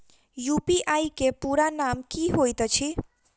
UPI केँ पूरा नाम की होइत अछि?